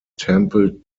temple